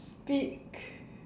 speak